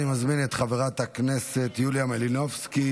אני מזמין את חברת הכנסת יוליה מלינובסקי,